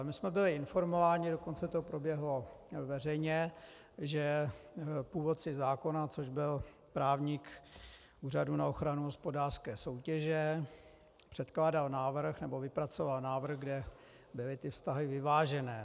My jsme byli informováni, dokonce to proběhlo veřejně, že původce zákona, což byl právník Úřadu na ochranu hospodářské soutěže, předkládal návrh, nebo vypracoval návrh, kde byly ty vztahy vyvážené.